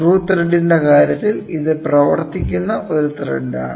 screw ത്രെഡിന്റെ കാര്യത്തിൽ ഇത് പ്രവർത്തിക്കുന്ന ഒരു ത്രെഡാണ്